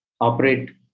operate